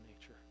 nature